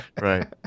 Right